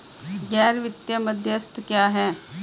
गैर वित्तीय मध्यस्थ क्या हैं?